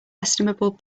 estimable